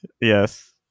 Yes